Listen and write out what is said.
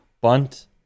Bunt